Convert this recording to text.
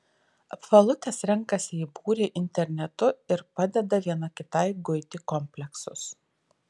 apvalutės renkasi į būrį internetu ir padeda viena kitai guiti kompleksus